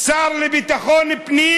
שר לביטחון פנים,